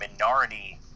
minority